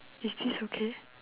is this okay